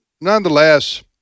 nonetheless –